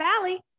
Valley